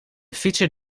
fietser